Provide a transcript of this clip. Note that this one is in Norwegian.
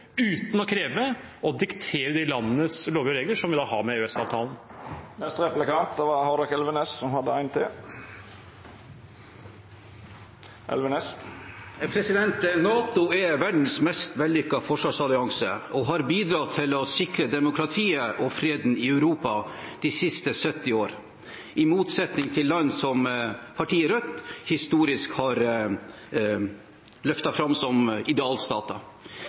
uten EØS-avtalen. De har 150 avtaler om handel med andre land uten å kreve å diktere de landenes lover og regler, som vi har med EØS-avtalen. NATO er verdens mest vellykkede forsvarsallianse og har bidratt til å sikre demokratiet og freden i Europa de siste 70 årene – i motsetning til land som partiet Rødt historisk har løftet fram som